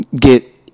get